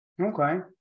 Okay